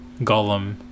Gollum